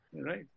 Right